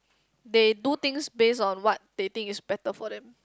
they do things based on what they think is better for them